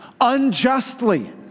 unjustly